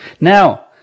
Now